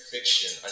Fiction